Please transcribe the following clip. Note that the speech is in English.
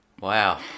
wow